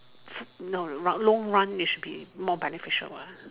food no no long run it should be more beneficial ah